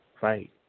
fight